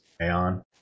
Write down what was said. Aeon